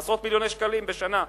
עשרות מיליוני שקלים בשנה.